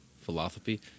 philosophy